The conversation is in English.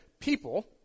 people